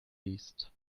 least